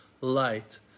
light